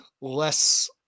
less